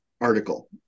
article